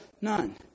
None